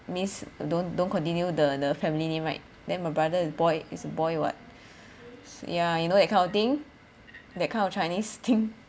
means don't don't continue the family name right then my brother is boy is the boy [what] yeah you know that kind of thing that kind of chinese thing